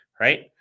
Right